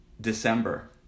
December